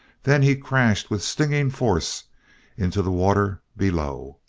then he crashed with stinging force into the water below.